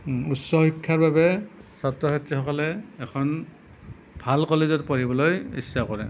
উচ্চ শিক্ষাৰ বাবে ছাত্ৰ ছাত্ৰীসকলে এখন ভাল কলেজত পঢ়িবলৈ ইচ্ছা কৰে